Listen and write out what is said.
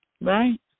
Right